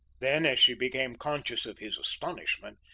then, as she became conscious of his astonishment,